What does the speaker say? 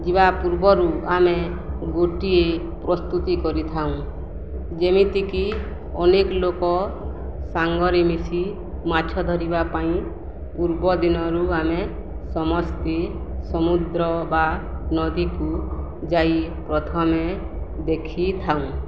ଯିବା ପୂର୍ବରୁ ଆମେ ଗୋଟିଏ ପ୍ରସ୍ତୁତି କରିଥାଉଁ ଯେମିତିକି ଅନେକ ଲୋକ ସାଙ୍ଗରେ ମିଶି ମାଛ ଧରିବା ପାଇଁ ପୂର୍ବଦିନରୁ ଆମେ ସମସ୍ତେ ସମୁଦ୍ର ବା ନଦୀକୁ ଯାଇ ପ୍ରଥମେ ଦେଖିଥାଉଁ